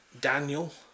Daniel